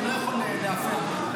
אני לא יכול להפר אותה,